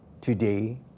today